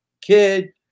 kid